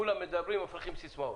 כולם מדברים ומפריחים סיסמאות.